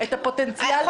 חד-משמעית.